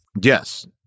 Yes